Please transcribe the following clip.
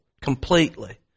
completely